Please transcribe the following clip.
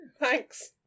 thanks